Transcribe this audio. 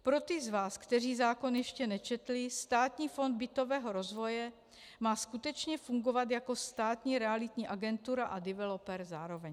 Pro ty z vás, kteří zákon ještě nečetli, Státní fond bytového rozvoje má skutečně fungovat jako státní realitní agentura a developer zároveň.